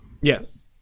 Yes